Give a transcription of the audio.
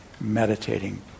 meditating